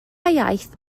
iaith